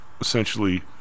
essentially